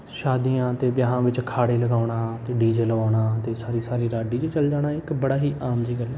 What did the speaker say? ਸ਼ਾਦੀਆਂ 'ਤੇ ਵਿਆਹਾਂ ਵਿੱਚ ਅਖਾੜੇ ਲਗਾਉਣਾ ਅਤੇ ਡੀ ਜੇ ਲਗਾਉਣਾ ਅਤੇ ਸਾਰੀ ਸਾਰੀ ਰਾਤ ਡੀ ਜੇ ਚੱਲ ਜਾਣਾ ਇੱਕ ਬੜਾ ਹੀ ਆਮ ਜਿਹੀ ਗੱਲ ਹੈ